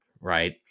right